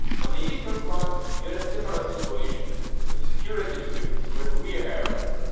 on the eastern front, you had similar situations with security divisions for the rear areas,